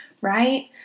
right